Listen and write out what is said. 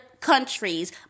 countries